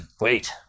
Wait